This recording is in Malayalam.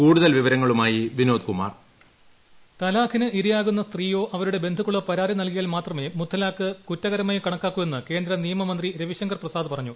കൂടുതൽ വിവരങ്ങളുമായി വിനോദ്കുമാർ വോയിസ് തലാഖിന് ഇരയാവുന്ന സ്ത്രീയോ അവരുടെ ബന്ധുക്കളോ പരാതി നൽകിയാൽ മാത്രമേ മുത്തലാഖ് കുറ്റക്രമായി കണക്കാക്കൂ എന്ന് കേന്ദ്രനിയമമന്ത്രി രവിശങ്കർ ഫ്രസാദ് പറഞ്ഞു